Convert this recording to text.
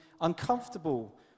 uncomfortable